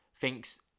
thinks